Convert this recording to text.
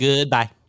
Goodbye